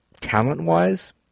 Talent-wise